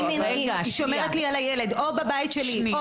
היא שומרת לי על הילד או בבית שלי או